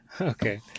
Okay